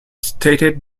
stated